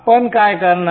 आपण काय करणार